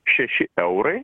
šeši eurai